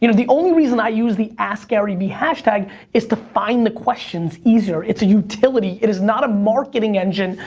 you know the only reason i use the askgaryvee hashtag is to find the questions easier. it's a utility, it is not a marketing engine,